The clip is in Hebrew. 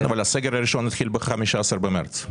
אבל הסגר הראשון התחיל ב-15 במארס.